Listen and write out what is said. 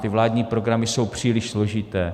Ty vládní programy jsou příliš složité.